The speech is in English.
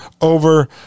over